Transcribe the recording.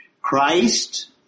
Christ